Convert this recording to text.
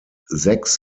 sechs